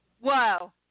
Wow